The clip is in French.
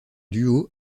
duo